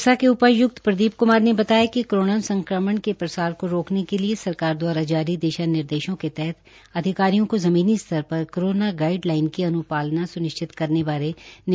सिरसा के उपाय्क्त प्रदीप क्मार ने बताया कि कोरोना संक्रमण के प्रसार को रोकने के लिए सरकार दवारा जारी दिशा निर्देशों के तहत अधिकारियों को जमीनी स्तर पर कोरोना गाइडलाइन की अन्पालना सुनिश्चित करने बारे निर्देश जारी किए गए हैं